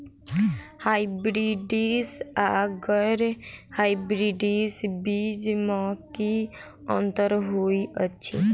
Hybrids आ गैर hybrids बीज म की अंतर होइ अछि?